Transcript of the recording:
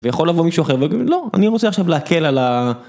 ויכול לבוא מישהו אחר ויגיד לא אני רוצה עכשיו להקל על ה..